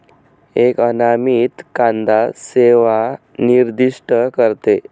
एक अनामित कांदा सेवा निर्दिष्ट करते